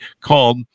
called